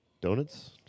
donuts